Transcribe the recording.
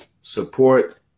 support